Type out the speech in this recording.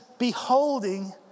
beholding